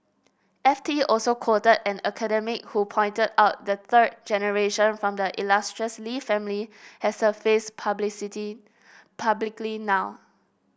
F T also quoted an academic who pointed out the third generation from the illustrious Lee family has surfaced publicity publicly now